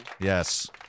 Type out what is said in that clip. Yes